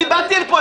באתי לפה,